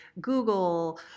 Google